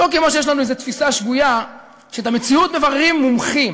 לא כמו שיש לנו איזו תפיסה שגויה שאת המציאות מבררים מומחים,